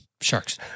Sharks